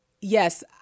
yes